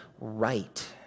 right